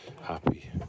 happy